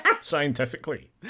scientifically